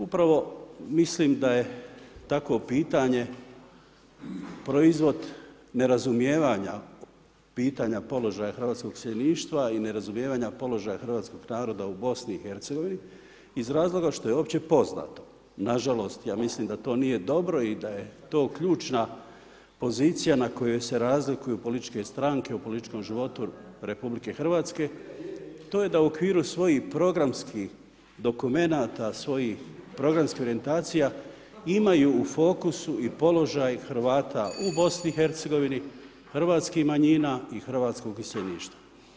Upravo mislim da je tako pitanje proizvod nerazumijevanja pitanja položaja hrvatskog iseljeništva i nerazumijevanja položaja hrvatskog naroda u BiH-a iz razloga što je opće poznato, nažalost ja mislim da to nije dobro i da je to ključna pozicija na kojoj se razlikuju političke stranke u političkom životu RH, to je da u okviru svojih programskih dokumenata, svojih programskih orijentacija imaju u fokusu i položaj Hrvata u BiH-a, hrvatskih manjina i hrvatskog iseljeništva.